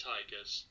Tigers